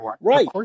right